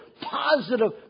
positive